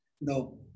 no